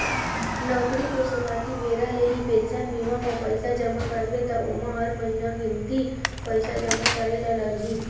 नउकरी के सुरवाती बेरा ले ही पेंसन बीमा म पइसा जमा करबे त ओमा हर महिना कमती पइसा जमा करे ल लगही